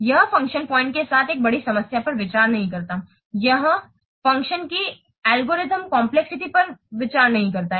यह function point के साथ एक बड़ी समस्या पर विचार नहीं करता है यह फ़ंक्शन की एल्गोरिथ्म कम्प्लेक्सिटी पर विचार नहीं करता है